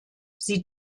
sie